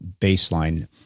baseline